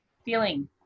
feeling